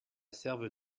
serve